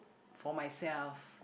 for myself